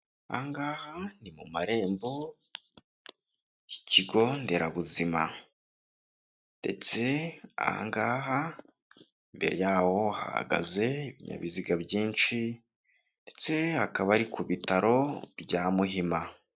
Aha ngaha ni mu marembo y'ikigo nderabuzima ndetse aha ngaha imbere yaho hahagaze ibinyabiziga byinshi ndetse akaba ari ku bitaro bya Muhima.